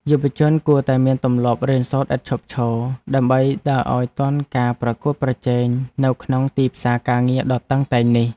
យុវជនគួរតែមានទម្លាប់រៀនសូត្រឥតឈប់ឈរ ដើម្បីដើរឱ្យទាន់ការប្រកួតប្រជែងនៅក្នុងទីផ្សារការងារដ៏តឹងតែងនេះ។